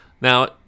Now